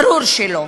ברור שלא.